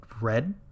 red